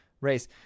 race